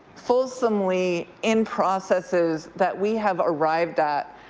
fulsomely in processes that we have arrived at